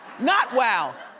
not wow!